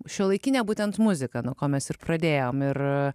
šiuolaikinė būtent muzika nuo ko mes ir pradėjome ir